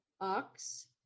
ox